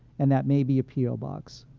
and that may be a p o. box.